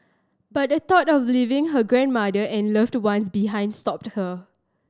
but the thought of leaving her grandmother and loved ones behind stopped her